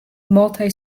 multi